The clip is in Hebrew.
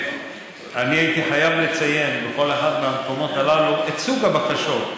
אני הייתי חייב לציין בכל אחד מהמקומות הללו את סוג הבקשות.